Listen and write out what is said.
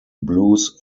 blues